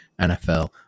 NFL